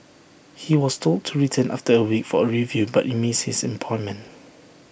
he was told to return after A week for A review but he missed his appointment